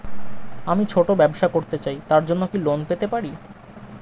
আমি ছোট ব্যবসা করতে চাই তার জন্য কি লোন পেতে পারি?